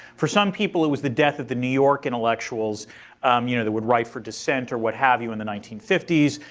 for some people it was the death that the new york intellectuals you know that would write for dissent, or what have you in the nineteen fifty s.